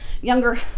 younger